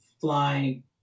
flying